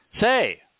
say